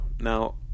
Now